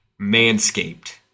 Manscaped